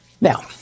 Now